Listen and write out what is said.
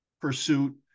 pursuit